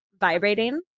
vibrating